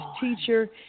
teacher